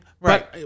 Right